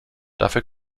dafür